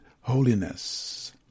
holiness